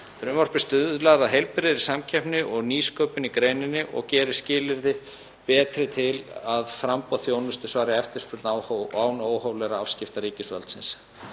Frumvarpið stuðlar að heilbrigðri samkeppni og nýsköpun í greininni og gerir skilyrði betri til að framboð þjónustu svari eftirspurn án óhóflegra afskipta ríkisvaldsins.